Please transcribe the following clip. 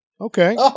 Okay